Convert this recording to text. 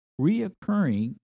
reoccurring